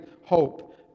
hope